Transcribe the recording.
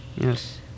Yes